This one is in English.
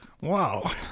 Wow